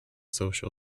social